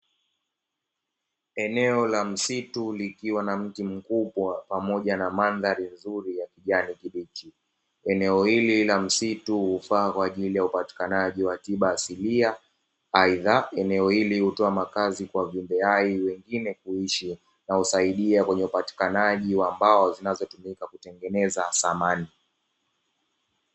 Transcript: Eneo la msitu, likiwa na mti mkubwa pamoja na mandhari nzuri ya kijani kibichi. Eneo hili la msitu hufaa kwa ajili ya upatikanaji wa tiba asilia. Aidha, eneo hili hutoa makazi kwa viumbe hai wengine kuishi, na husaidia kwenye upatikanaji wa mbao zinazotumika kutengeneza samani